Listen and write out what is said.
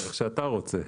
איך שאתה רוצה.